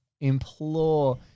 implore